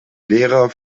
lehrer